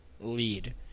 lead